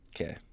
Okay